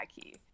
key